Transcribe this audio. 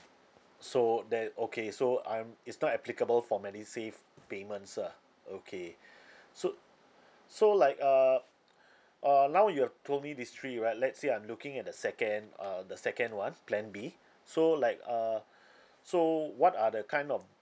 so that okay so I'm it's not applicable for medisave payments ah okay so so like uh uh now you have told me these three right let's say I'm looking at the second uh the second one plan B so like uh so what are the kind of